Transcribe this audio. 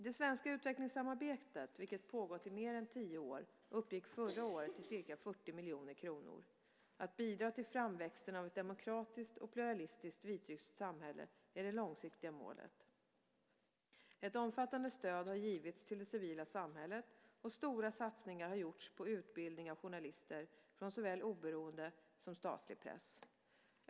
Det svenska utvecklingssamarbetet, vilket pågått i mer än tio år, uppgick förra året till ca 40 miljoner kronor. Att bidra till framväxten av ett demokratiskt och pluralistiskt vitryskt samhälle är det långsiktiga målet. Ett omfattande stöd har givits till det civila samhället, och stora satsningar har gjorts på utbildning av journalister från såväl oberoende som statlig press.